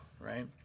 right